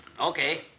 Okay